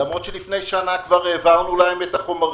למרות שכבר לפני שנה העברנו להם את החומרים.